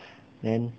then